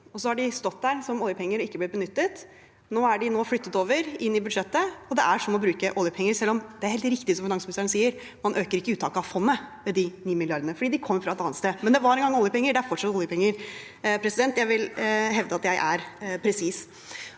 Så har de stått der, som oljepenger, og ikke blitt benyttet. Nå er de flyttet over, inn i budsjettet. Det er som å bruke oljepenger, selv om – det er helt riktig som finansministeren sier – man ikke øker uttaket av fondet med de 9 mrd. kr, fordi de kommer fra et annet sted. Men det var en gang oljepenger, og det er fortsatt oljepenger. Jeg vil hevde at jeg er presis.